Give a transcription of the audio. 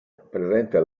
presenta